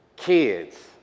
Kids